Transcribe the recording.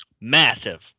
massive